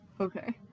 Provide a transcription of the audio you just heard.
Okay